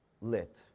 lit